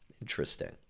Interesting